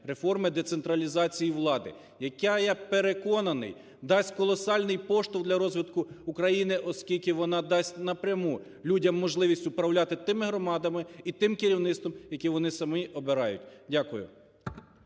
реформи децентралізації влади, яка, я переконаний, дасть колосальний поштовх для розвитку України, оскільки вона дасть напряму людям можливість управляти тими громадами і тим керівництвом, яких вони самі обирають. Дякую.